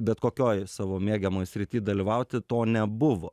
bet kokioj savo mėgiamoj srity dalyvauti to nebuvo